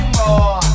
more